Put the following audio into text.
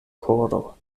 koro